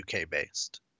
uk-based